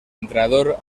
entrenador